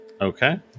Okay